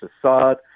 Assad